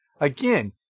again